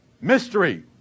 Mystery